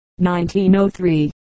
1903